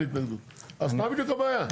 אז מה בדיוק הבעיה?